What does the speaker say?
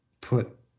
put